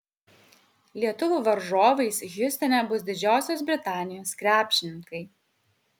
lietuvių varžovais hjustone bus didžiosios britanijos krepšininkai